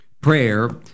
prayer